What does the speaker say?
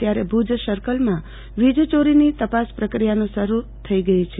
ત્યારે ભુજ સર્કલમાં વીજચોરીની તપાસ પ્રક્રિયા શરૂ થઈ ગઈ છે